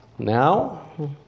Now